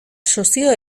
sozio